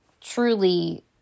truly